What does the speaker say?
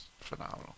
phenomenal